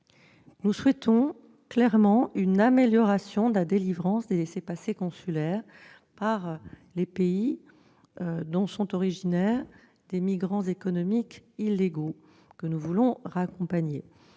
Nous souhaitons clairement une amélioration de la délivrance des laissez-passer consulaires par les pays dont sont originaires des migrants économiques illégaux que nous voulons raccompagner.